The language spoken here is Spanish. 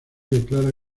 declara